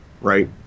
Right